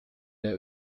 der